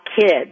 kids